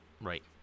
Right